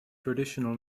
traditional